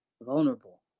vulnerable